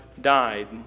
died